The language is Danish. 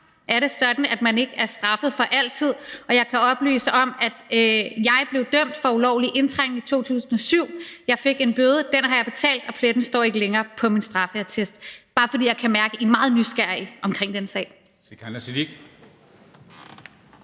er det sådan, at man ikke er straffet for altid, og jeg kan oplyse, at jeg blev dømt for ulovlig indtrængen i 2007; jeg fik en bøde, og den har jeg betalt, og pletten står ikke længere på min straffeattest. Det er bare, fordi jeg kan mærke, at I er meget nysgerrige omkring den sag.